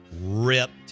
ripped